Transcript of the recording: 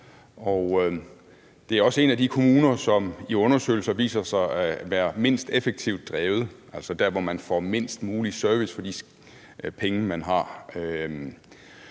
Det er også en af de kommuner, som ifølge undersøgelser viser sig at være mindst effektivt drevet – altså, det er dér, hvor man leverer mindst mulig service, for de penge, man har.